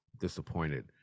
Disappointed